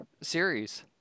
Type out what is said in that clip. series